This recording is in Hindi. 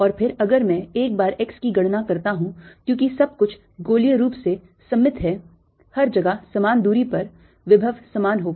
और फिर अगर मैं एक बार x पर गणना करता हूं क्योंकि सब कुछ गोलीय रूप से सममित है हर जगह समान दूरी पर विभव समान होगा